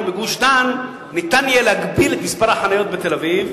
בגוש-דן ניתן יהיה להגביל את מספר החניות בתל-אביב,